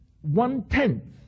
one-tenth